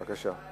בבקשה.